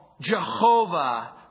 Jehovah